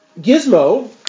Gizmo